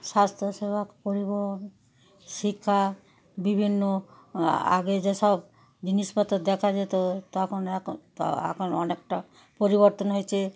স্বাস্থ্যসেবা পরিবহন শিক্ষা বিভিন্ন আগে যেসব জিনিসপত্র দেখা যেত তখন এখন ত এখন অনেকটা পরিবর্তন হয়েছে